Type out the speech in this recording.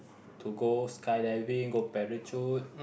to go skydiving go parachute